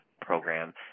program